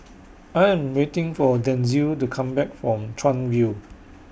I Am waiting For Denzil to Come Back from Chuan View